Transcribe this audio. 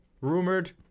rumored